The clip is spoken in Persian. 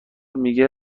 میگه